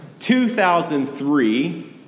2003